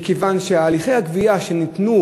משום שהליכי הגבייה שניתנו,